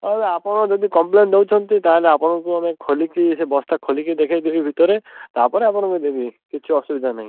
ଆଉ ଆପଣ ଯଦି କମ୍ପ୍ଲେନ୍ ଦେଉଛନ୍ତି ତା ହେଲେ ଆପଣଙ୍କୁ ଆମେ ଖୋଲିକି ସେ ବସ୍ତା ଖୋଲିକି ଦେଖେଇଦେବି ଭିତରେ ତା'ପରେ ଆପଣଙ୍କୁ ଦେବି କିଛି ଅସୁବିଧା ନାହିଁ